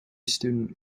student